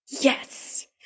Yes